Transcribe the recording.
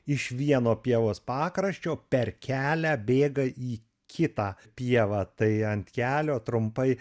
iš vieno pievos pakraščio per kelią bėga į kitą pievą tai ant kelio trumpai